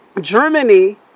Germany